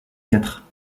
quatre